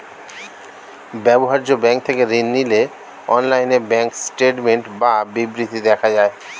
ব্যবহার্য ব্যাঙ্ক থেকে ঋণ নিলে অনলাইনে ব্যাঙ্ক স্টেটমেন্ট বা বিবৃতি দেখা যায়